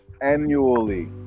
annually